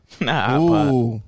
Nah